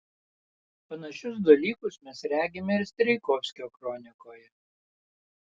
panašius dalykus mes regime ir strijkovskio kronikoje